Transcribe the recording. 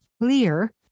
clear